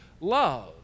love